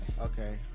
Okay